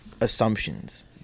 assumptions